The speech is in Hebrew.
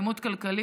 על אלימות כלכלית,